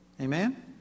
Amen